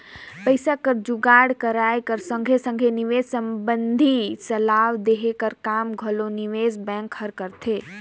पइसा कर जुगाड़ कराए कर संघे संघे निवेस संबंधी सलाव देहे कर काम घलो निवेस बेंक हर करथे